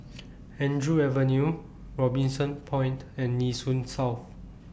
Andrew Avenue Robinson Point and Nee Soon South